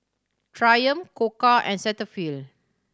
Triumph Koka and Cetaphil